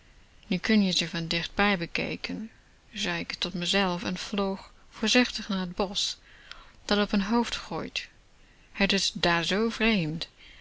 nu kun je ze van dichtbij bekijken zei k tot mezelf en vloog voorzichtig naar het bosch dat op hun hoofd groeit het is daar zoo vreemd